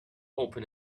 open